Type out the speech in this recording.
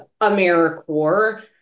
AmeriCorps